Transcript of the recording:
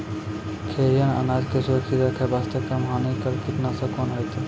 खैहियन अनाज के सुरक्षित रखे बास्ते, कम हानिकर कीटनासक कोंन होइतै?